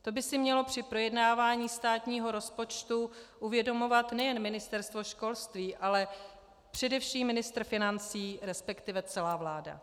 To by si mělo při projednávání státního rozpočtu uvědomovat nejen Ministerstvo školství, ale především ministr financí, resp. celá vláda.